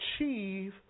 achieve